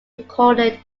recorded